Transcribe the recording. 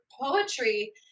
poetry